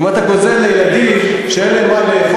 אם אתה גוזר על ילדים שאין להם מה לאכול,